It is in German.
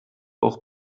auch